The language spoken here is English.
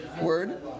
word